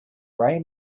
grey